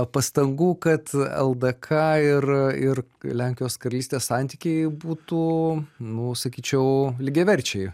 pastangų kad ldk ir ir lenkijos karalystės santykiai būtų nu sakyčiau lygiaverčiai